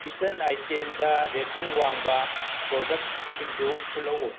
kitchen ꯑꯥꯏꯇꯦꯝꯗ rating ꯋꯥꯡꯕ ꯄꯣꯔꯗꯛꯁꯤꯡꯗꯨ ꯎꯠꯂꯛꯎ